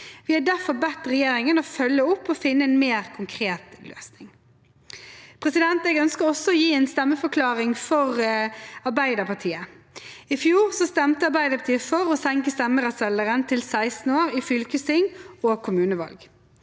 Vi har derfor bedt regjeringen om å følge opp og finne en mer konkret løsning. Jeg ønsker også å gi en stemmeforklaring for Arbeiderpartiet. I fjor stemte Arbeiderpartiet for å senke stemmerettsalderen til 16 år i fylkestings- og kommunevalg.